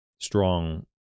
strong